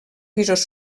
pisos